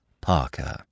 Parker